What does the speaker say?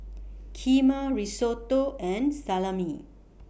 Kheema Risotto and Salami